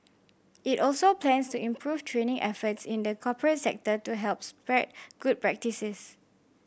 it also plans to improve training efforts in the corporate sector to help spread good practices